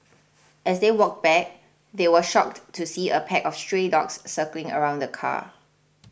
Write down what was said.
as they walked back they were shocked to see a pack of stray dogs circling around the car